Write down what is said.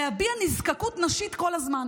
להביע נזקקות נשית כל הזמן.